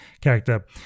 character